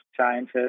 scientists